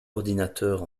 ordinateurs